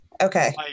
okay